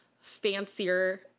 fancier